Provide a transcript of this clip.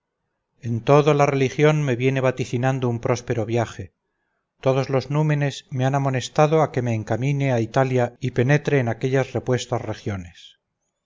en todo la religión me tiene vaticinado un próspero viaje todos los númenes me han amonestado a que me encamine a italia y penetre en aquellas repuestas regiones